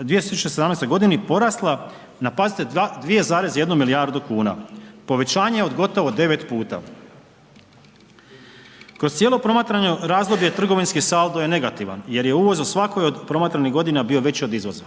2017. g. porasla na pazite 2,1 milijardu kuna. Povećanje od gotovo 9 puta. Kroz cijelo promatrano razdoblje trgovinski saldo je negativan, jer je uvoz u svakoj od promatranih godina bio veći od izvoza.